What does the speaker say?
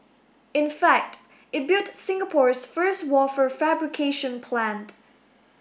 in fact it built Singapore's first wafer fabrication plant